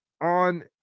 on